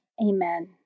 Amen